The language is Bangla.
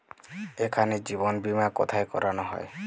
এখানে জীবন বীমা কোথায় করানো হয়?